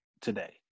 today